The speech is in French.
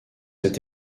est